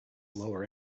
lower